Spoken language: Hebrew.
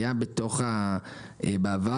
בעבר,